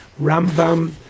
Rambam